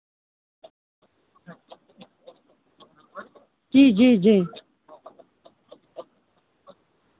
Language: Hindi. जी जी जी